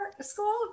school